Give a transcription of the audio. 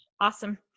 Awesome